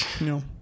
No